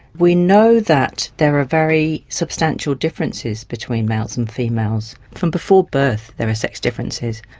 we know that there are very substantial differences between males and females. from before birth there are sex differences.